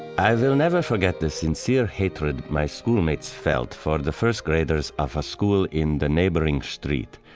i will never forget the sincere hatred my schoolmates felt for the first graders of a school in the neighboring street.